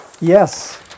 Yes